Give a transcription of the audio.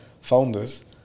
founders